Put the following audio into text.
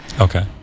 Okay